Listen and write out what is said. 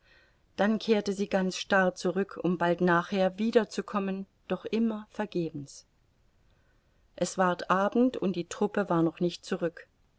dann kehrte sie ganz starr zurück um bald nachher wieder zu kommen doch immer vergebens es ward abend und die truppe war noch nicht zurück